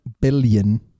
billion